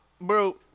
Bro